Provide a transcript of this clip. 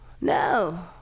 No